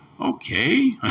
Okay